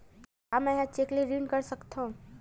का मैं ह चेक ले ऋण कर सकथव?